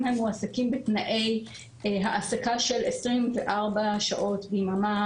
הם מועסקים בתנאי העסקה של 24 שעות ביממה